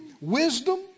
wisdom